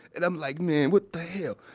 and i'm like, man, what the hell?